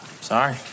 Sorry